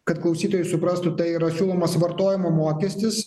kad klausytojai suprastų tai yra siūlomas vartojimo mokestis